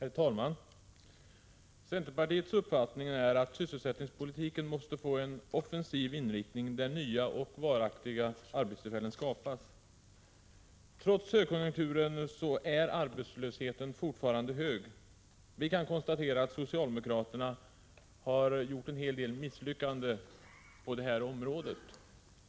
Herr talman! Centerpartiets uppfattning är att sysselsättningspolitiken måste få en offensiv inriktning, där nya och varaktiga arbetstillfällen skapas. Trots högkonjunkturen är arbetslösheten fortfarande hög. Vi kan konstatera att socialdemokraterna har gjort en hel del misslyckanden på detta område.